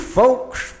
folks